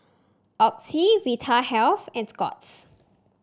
Oxy Vitahealth and Scott's